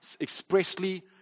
expressly